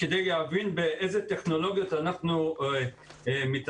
כדי להבין באיזה טכנולוגיות אנחנו מתעסקים,